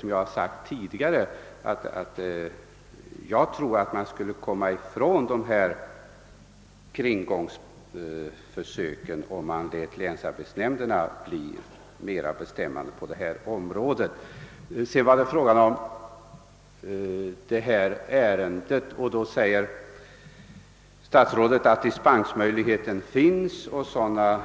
Som jag sagt tidigare tror jag emellertid att man skulle komma ifrån försöken att kringgå bestämmelserna om man förenklade dessa och överlät åt länsarbetsnämnderna att besluta friare på detta område. I fråga om det aktuella ärendet sade statsrådet att det finns möjligheter till dispens och att sådan